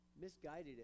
misguided